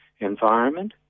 environment